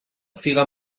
figa